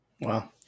Wow